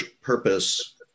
purpose